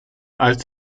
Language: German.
als